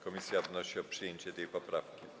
Komisja wnosi o przyjęcie tej poprawki.